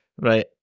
Right